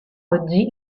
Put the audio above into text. oggi